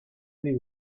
allés